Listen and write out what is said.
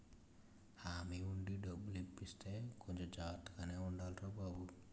హామీ ఉండి డబ్బులు ఇప్పిస్తే కొంచెం జాగ్రత్తగానే ఉండాలిరా బాబూ